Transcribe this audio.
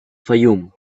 fayoum